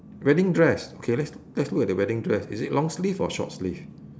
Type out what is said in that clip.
wedding dress okay let's let's look at the wedding dress is it long sleeve or short sleeve